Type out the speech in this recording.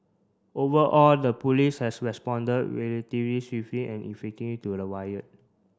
overall the police has responded swiftly and to the riot